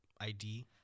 ID